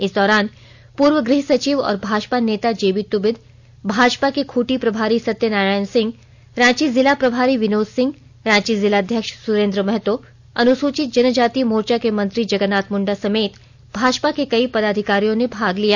इस दौरान पूर्व गृह सचिव और भाजपा नेता जेबी तुबिद भाजपा के खूंटी प्रभारी सत्यनारायण सिंह रांची जिला प्रभारी विनोद सिंह रांची जिलाध्यक्ष सुरेंद्र महतो अनुसूचित जनजाति मोर्चा के मंत्री जगरनाथ मुंडा समेत भाजपा के कई पदाधिकारियों ने भोग लिया